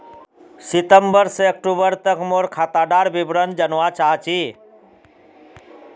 सितंबर से अक्टूबर तक मोर खाता डार विवरण जानवा चाहची?